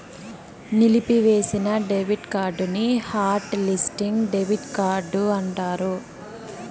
నిలిపివేసిన డెబిట్ కార్డుని hot listing debit card అంటారు